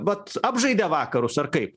vat apžaidė vakarus ar kaip